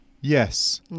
yes